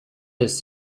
this